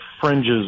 fringes